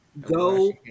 Go